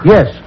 Yes